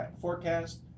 forecast